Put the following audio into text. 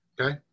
okay